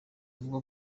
avuga